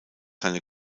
seine